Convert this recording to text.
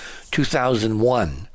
2001